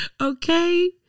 okay